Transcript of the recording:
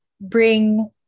bring